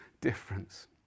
difference